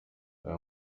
aya